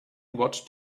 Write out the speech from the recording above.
watched